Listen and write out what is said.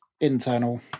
internal